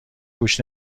گوش